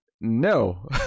no